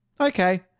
okay